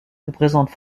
représente